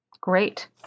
Great